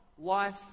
life